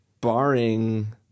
barring